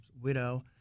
widow